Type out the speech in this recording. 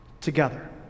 together